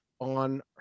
on